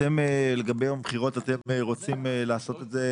לגבי יום בחירות אתם רוצים לעשות את זה,